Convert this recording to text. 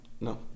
no